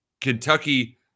Kentucky